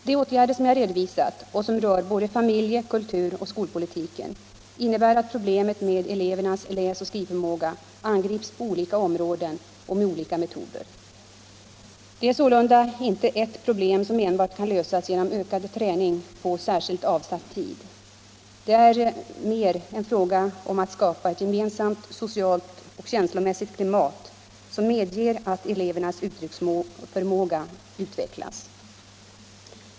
De åtgärder som jag redovisat och som rör både familje-, kulturoch skolpolitiken innebär att problemet med elevernas läsoch skrivförmåga angrips på olika områden och med olika metoder. Det är sålunda inte ett problem som enbart kan lösas genom ökad träning på särskilt avsatt tid. Det är mer en fråga om att skapa ett gemensamt socialt och känslomässigt klimat som medger att elevernas uttrycksförmåga utvecklas.